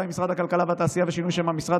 עם משרד הכלכלה והתעשייה ושינוי שם המשרד,